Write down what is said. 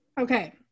Okay